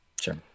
Sure